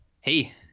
Hey